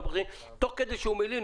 תוך כדי שהוא מלין,